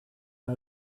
her